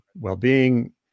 well-being